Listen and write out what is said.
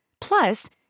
Plus